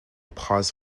pause